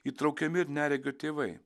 įtraukiami ir neregio tėvai